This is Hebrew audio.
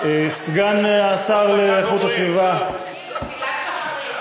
סגן השר להגנת הסביבה, תפילת שחרית.